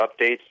updates